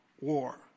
war